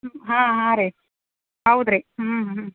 ಹಾಂ ಹಾಂ ರೀ ಹೌದು ರೀ ಹ್ಞೂ ಹ್ಞೂ